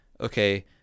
okay